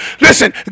Listen